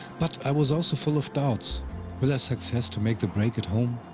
but i was also full of doubts will i success to make the break at home,